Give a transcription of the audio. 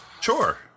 Sure